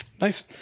Nice